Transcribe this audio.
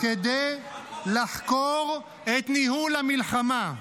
כדי לחקור את ניהול המלחמה.